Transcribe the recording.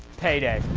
payday.